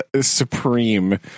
supreme